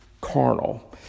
carnal